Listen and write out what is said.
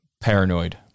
paranoid